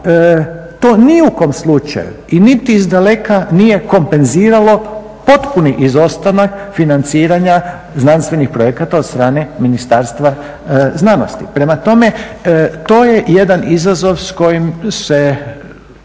to ni u kom slučaju i niti izdaleka nije kompenziralo potpuni izostanak financiranja znanstvenih projekata od strane Ministarstva znanosti. Prema tome, to je jedan izazov s kojim se